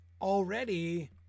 already